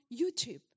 YouTube